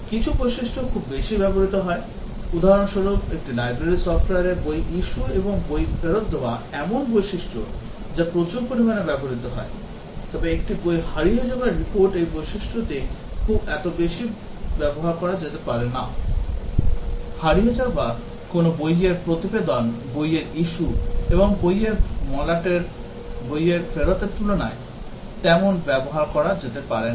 কিছু বৈশিষ্ট্য খুব বেশি ব্যবহৃত হয় উদাহরণস্বরূপ একটি লাইব্রেরি সফট্ওয়ারে বইয়ের issue এবং বই ফেরত এমন বৈশিষ্ট্য যা প্রচুর পরিমাণে ব্যবহৃত হয় তবে একটি বই হারিয়ে যাওয়ার রিপোর্ট এই বৈশিষ্ট্যটি এত বেশি ব্যবহার করা যেতে পারে না হারিয়ে যাওয়া কোনও বইয়ের প্রতিবেদন বইয়ের issue এবং বইয়ের ফেরতের তুলনায় তেমন ব্যবহার করা যেতে পারে না